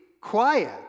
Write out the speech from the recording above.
quiet